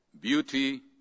beauty